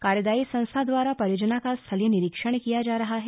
कार्यदायी संस्था द्वारा परियोजना का स्थलीय निरीक्षण किया जा रहा है